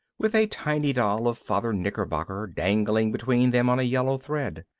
with a tiny doll of father knickerbocker dangling between them on a yellow thread.